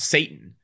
Satan